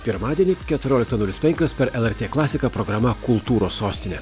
pirmadienį keturioliktą nulis penkios per lrt klasiką programa kultūros sostine